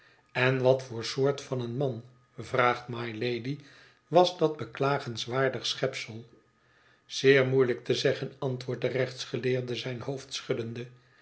en wat voor soort van een man vraagt mylady was dat beklagenswaardig schepsel zeer moolelijk te zeggen antwoordt de rechtsgeleerde zijn hoofd schuddende